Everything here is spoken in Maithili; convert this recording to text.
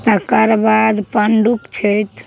तकर बाद पण्डुप छथि